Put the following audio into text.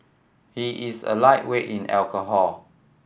he is a lightweight in alcohol